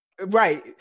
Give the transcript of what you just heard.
Right